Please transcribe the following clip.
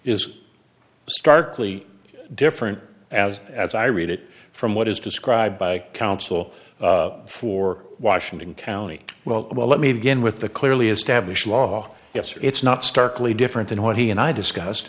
is starkly different as as i read it from what is described by counsel for washington county well well let me begin with the clearly established law yes or it's not starkly different than what he and i discussed